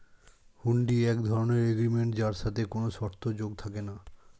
হুন্ডি এক ধরণের এগ্রিমেন্ট যার সাথে কোনো শর্ত যোগ থাকে না